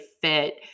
fit